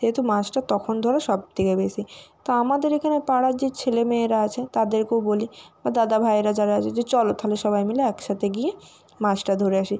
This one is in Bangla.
সেহেতু মাছটা তখন ধরা সব থেকে বেশি তো আমাদের এখানে পাড়ার যে ছেলে মেয়েরা আছে তাদেরকেও বলি বা দাদা ভাইরা যারা আছে যে চল তাহলে সবাই মিলে একসাথে গিয়ে মাছটা ধরে আসি